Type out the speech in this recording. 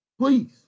Please